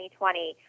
2020